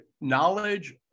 knowledge